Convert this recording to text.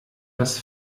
das